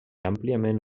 àmpliament